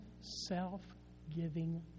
self-giving